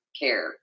care